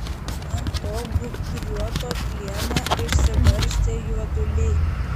ant to gūbriuoto plieno išsibarstę juoduliai